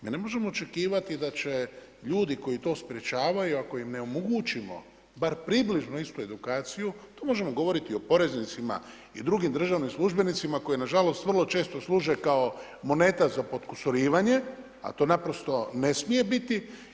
Mi ne možemo očekivati da će ljudi koji to sprječavaju ako im ne omogućimo bar približno istu edukaciju, tu možemo govoriti o poreznicima i drugim državnim službenicima koji na žalost vrlo često služe kao moneta za potkusurivanje, a to naprosto ne smije biti.